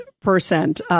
percent